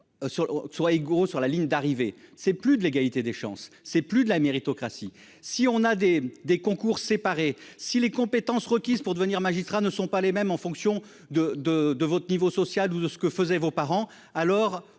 soi et gourou sur la ligne d'arrivée c'est plus de l'égalité des chances, c'est plus de la méritocratie. Si on a des des concours séparés. Si les compétences requises pour devenir magistrat ne sont pas les mêmes en fonction de de de votre niveau social ou de ce que faisaient vos parents. Alors